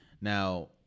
Now